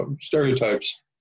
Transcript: stereotypes